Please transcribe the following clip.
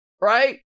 right